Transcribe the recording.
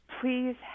Please